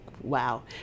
wow